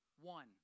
one